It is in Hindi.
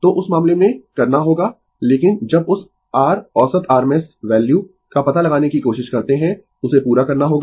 तो उस मामले में करना होगा लेकिन जब उस r औसत RMS वैल्यू का पता लगाने की कोशिश करते है उसे पूरा करना होगा